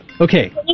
Okay